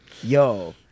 Yo